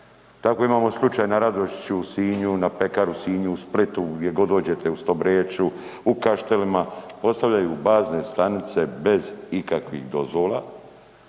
Tako imamo slučaj na Radošću u Sinju, na pekari u Sinju, Splitu gdje god dođete u Stobreču, u Kaštelima postavljaju bazne stanice bez ikakvih dozvola.